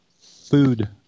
food